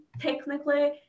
technically